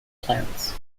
plants